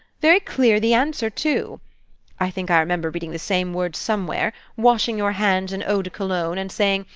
very clear the answer, too i think i remember reading the same words somewhere washing your hands in eau de cologne, and saying,